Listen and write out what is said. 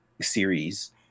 series